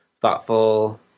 thoughtful